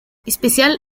especial